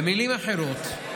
במילים אחרות,